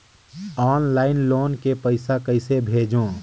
Online loan के पईसा कइसे भेजों?